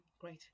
Great